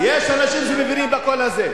יש אנשים שמבינים את הקול הזה.